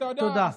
ואתה יודע,